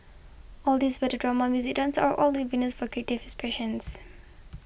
all these whether drama music dance are all for creative expressions